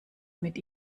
mit